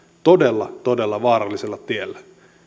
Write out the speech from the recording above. todella todella vaarallisella tiellä